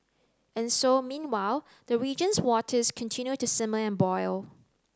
and so meanwhile the region's waters continue to simmer and boil